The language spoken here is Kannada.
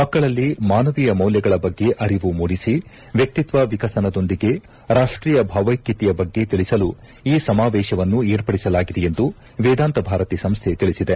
ಮಕ್ಕಳಲ್ಲಿ ಮಾನವೀಯ ಮೌಲ್ಯಗಳ ಬಗ್ಗೆ ಅರಿವು ಮೂಡಿಸಿ ವ್ಯಕ್ತಿತ್ವ ವಿಕಸನದೊಂದಿಗೆ ರಾಷ್ಟೀಯ ಭಾವ್ಯಕ್ಷತೆಯ ಬಗ್ಗೆ ತಿಳಿಸಲು ಈ ಸಮಾವೇಶವನ್ನು ಏರ್ಪಡಿಸಲಾಗಿದೆ ಎಂದು ವೇದಾಂತ ಭಾರತಿ ಸಂಸ್ಥೆ ತಿಳಿಸಿದೆ